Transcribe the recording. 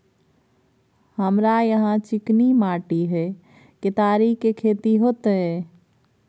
हमरा यहाँ चिकनी माटी हय केतारी के खेती होते?